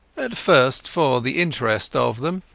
at first for the interest of them,